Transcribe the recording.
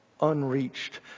unreached